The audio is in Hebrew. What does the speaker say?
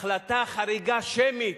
החלטה חריגה, שמית,